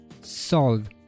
solve